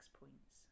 points